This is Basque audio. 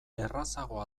errazago